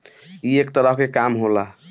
ई एक तरह के काम होला